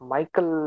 Michael